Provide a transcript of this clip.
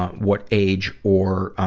what age or, ah,